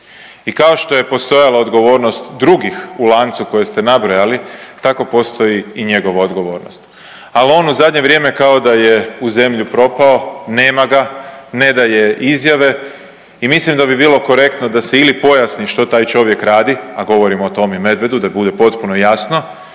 I kao što je postojala odgovornost drugih u lancu koje ste nabrojali tako postoji i njegova odgovornost, al u on u zadnje vrijeme kao da je u zemlju propao, nema ga, ne daje izjave i mislim da bi bilo korektno da se ili pojasni što taj čovjek radi, a govorimo o Tomi Medvedu da bude potpuno jasno